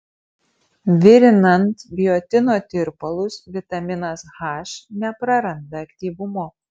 virinant biotino tirpalus vitaminas h nepraranda aktyvumo